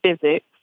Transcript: physics